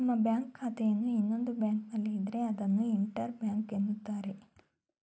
ನಮ್ಮ ಬ್ಯಾಂಕ್ ಖಾತೆಯನ್ನು ಇನ್ನೊಂದು ಬ್ಯಾಂಕ್ನಲ್ಲಿ ಇದ್ರೆ ಅದನ್ನು ಇಂಟರ್ ಬ್ಯಾಂಕ್ ಎನ್ನುತ್ತಾರೆ